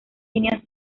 líneas